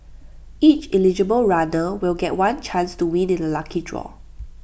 each eligible runner will get one chance to win in A lucky draw